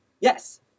Yes